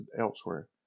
elsewhere